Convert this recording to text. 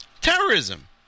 Terrorism